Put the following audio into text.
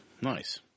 nice